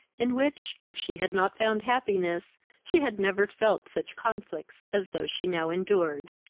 in which, if she had not found happiness, she had never felt such conflicts as those she now endured.